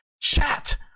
Chat